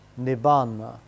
nibbana